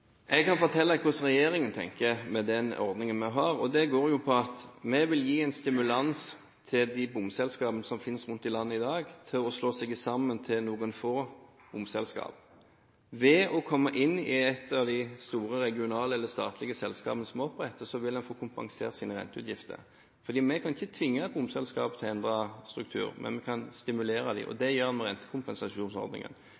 Jeg kan fortelle hvordan regjeringen tenker med den ordningen vi har, og det går på at vi vil gi en stimulans til de bomselskapene som finnes rundt om i landet i dag, til å slå seg sammen til noen få bomselskaper. Ved å komme inn i ett av de store regionale eller statlige selskapene som en oppretter, vil en få kompensert sine renteutgifter. Vi kan ikke tvinge bomselskaper til å endre struktur, men vi kan stimulere dem, og